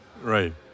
right